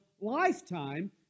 lifetime